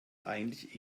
eigentlich